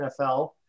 NFL